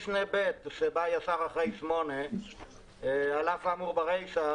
כרגע יש להם 2.5 מיליון ביצים.